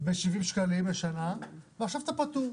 ב-70 שקלים לשנה ועכשיו אתה פטור,